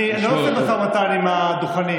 אני לא עושה משא ומתן מהדוכנים.